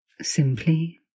Simply